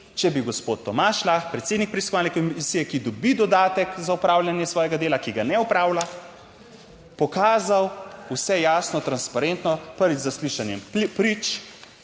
če bi gospod Tomaž Lah, predsednik preiskovalne komisije, ki dobi dodatek za opravljanje svojega dela, ki ga ne opravlja, pokazal vse jasno, transparentno prvič z zaslišanjem prič,